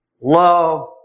love